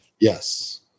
Yes